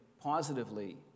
positively